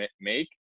make